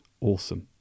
awesome